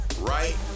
right